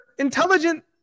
intelligent